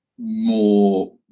more